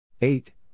Eight